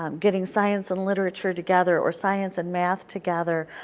um getting science and literature together or science and math together,